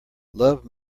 love